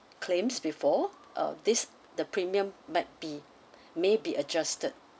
claims before uh this the premium might be may be adjusted